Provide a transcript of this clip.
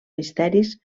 misteris